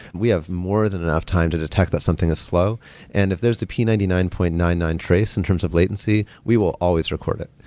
we have more than enough time to detect that something is slow and if there's the p nine nine point nine nine trace in terms of latency, we will always record it.